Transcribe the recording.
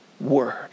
word